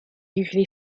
usually